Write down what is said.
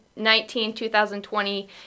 2019-2020